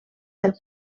del